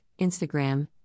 Instagram